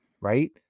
right